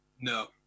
No